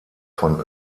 von